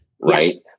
Right